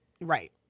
right